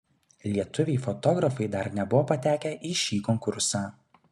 lietuviai fotografai dar nebuvo patekę į šį konkursą